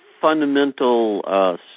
fundamental